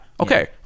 okay